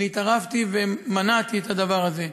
אני התערבתי ומנעתי את הדבר הזה.